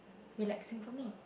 relaxing for me